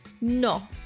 No